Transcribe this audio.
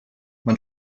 man